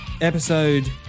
episode